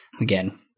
again